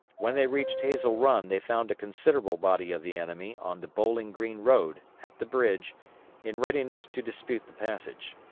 when they reached hazel run they found a considerable body of the enemy on the bowling green road at the bridge in readiness to dispute the passage.